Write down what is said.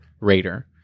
Raider